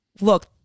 look